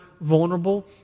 vulnerable